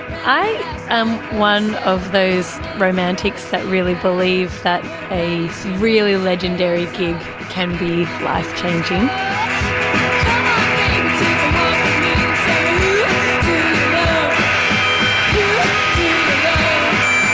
i am one of those romantics that really believe that a really legendary gig can be life changing. um